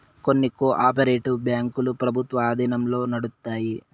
కొన్ని cooperative బ్యాంకులు ప్రభుత్వం ఆధీనంలో నడుత్తాయి